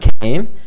came